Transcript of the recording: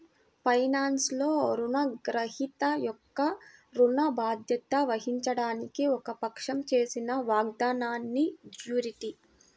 ఫైనాన్స్లో, రుణగ్రహీత యొక్క ఋణ బాధ్యత వహించడానికి ఒక పక్షం చేసిన వాగ్దానాన్నిజ్యూరిటీ